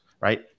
right